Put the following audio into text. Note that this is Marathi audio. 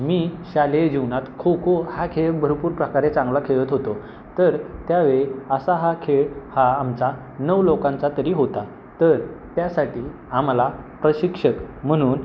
मी शालेय जीवनात खो खो हा खेळ भरपूर प्रकारे चांगला खेळत होतो तर त्यावेळी असा हा खेळ हा आमचा नऊ लोकांचा तरी होता तर त्यासाठी आम्हाला प्रशिक्षक म्हणून